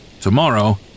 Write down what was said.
Tomorrow